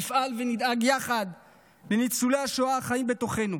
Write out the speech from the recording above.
נפעל ונדאג יחד לניצולי השואה החיים בתוכנו.